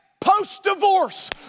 post-divorce